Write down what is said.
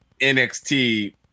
NXT